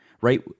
right